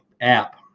app